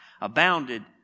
abounded